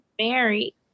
married